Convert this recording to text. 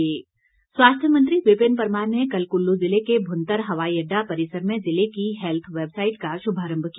स्वास्थ्य मंत्री स्वास्थ्य मंत्री विपिन परमार ने कल कुल्लू जिले के भूंतर हवाई अड्डा परिसर में जिले की हेल्थ वेबसाइट का शुभारम्भ किया